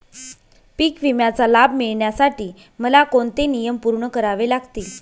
पीक विम्याचा लाभ मिळण्यासाठी मला कोणते नियम पूर्ण करावे लागतील?